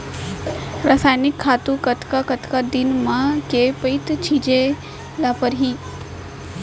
रसायनिक खातू कतका कतका दिन म, के पइत छिंचे ल परहि?